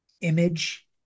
image